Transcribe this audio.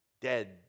Dead